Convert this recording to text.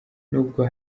n’ubwo